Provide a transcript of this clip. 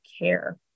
care